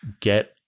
get